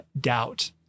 doubt